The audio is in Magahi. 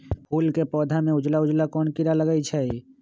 फूल के पौधा में उजला उजला कोन किरा लग जई छइ?